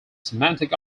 semantic